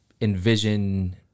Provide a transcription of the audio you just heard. envision